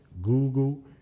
Google